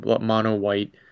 mono-white